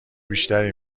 بیشتری